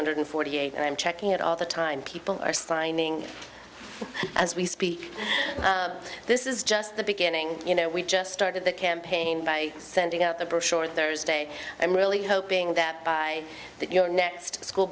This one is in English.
hundred forty eight and i'm checking it all the time people are signing as we speak this is just the beginning you know we just started the campaign by sending out the brochure thursday i'm really hoping that by your next school